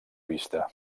vista